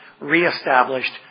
reestablished